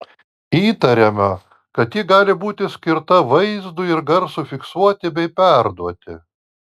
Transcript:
įtariama kad ji gali būti skirta vaizdui ir garsui fiksuoti bei perduoti